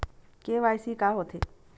KYC का होथे?